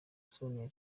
somalia